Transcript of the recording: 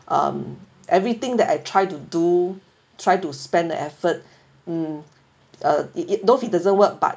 um everything that I try to do try to spend the effort mm uh it it though it doesn't work but